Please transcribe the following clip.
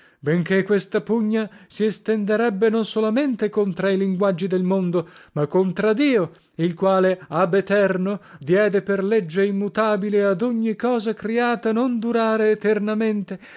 benché questa pugna si estenderebbe non solamente contra i linguaggi del mondo ma contra dio il quale ab eterno diede per legge immutabile ad ogni cosa criata non durare eternamente